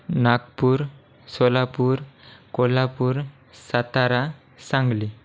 Nagpur Solapur Kolhapur Satara Sangli